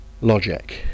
logic